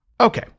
Okay